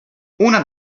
una